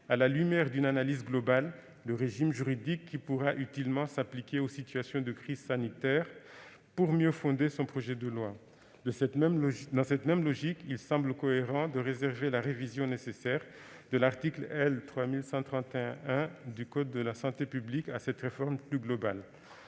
à la lumière d'une analyse globale, le régime juridique qui pourrait utilement s'appliquer aux situations de crise sanitaire pour mieux fonder son projet de loi. Dans cette même logique, il semble cohérent de réserver la révision nécessaire de l'article L. 3131-1 du code de la santé publique à cette réforme plus globale.